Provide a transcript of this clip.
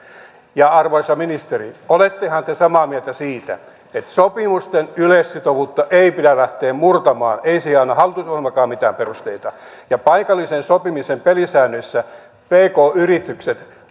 arvoisa ministeri olettehan te samaa mieltä siitä että sopimusten yleissitovuutta ei pidä lähteä murtamaan ei siihen anna hallitusohjelmakaan mitään perusteita paikallisen sopimisen pelisäännöissä pk yritykset